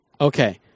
Okay